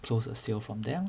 close a sale from them